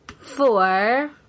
Four